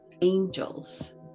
angels